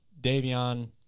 Davion